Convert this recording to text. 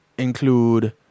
include